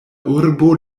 urbo